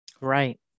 Right